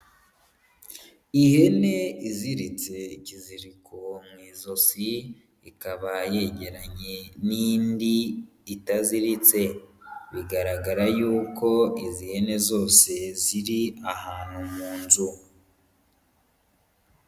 Ihene iziritse ikiziriko mu izosi ikaba yegeranye n'indi itaziritse, bigaragara y'uko izi hene zose ziri ahantu mu nzu.